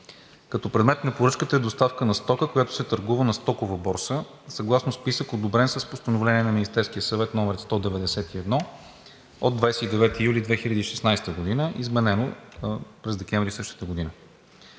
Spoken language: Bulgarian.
като предмет на поръчката е доставка на стока, която се търгува на стокова борса, съгласно списък, одобрен с Постановление на Министерския съвет № 191, от 29 юли 2016 г., изменено през декември същата година.